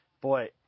boy